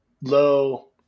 low